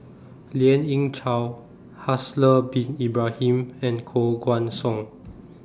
Lien Ying Chow Haslir Bin Ibrahim and Koh Guan Song